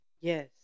Yes